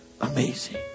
amazing